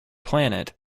planet